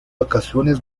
ocasiones